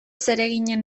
zereginen